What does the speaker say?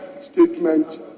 statement